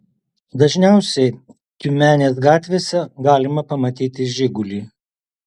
dažniausiai tiumenės gatvėse galima pamatyti žigulį